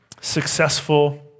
successful